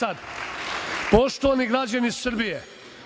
rade..Poštovani građani Srbije,